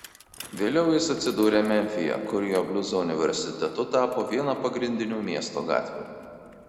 vėliau jis atsidūrė memfyje kur jo bliuzo universitetu tapo viena pagrindinių miesto gatvių